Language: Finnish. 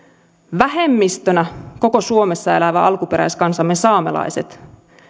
vähemmistönä koko suomessa elävä alkuperäiskansamme saamelaiset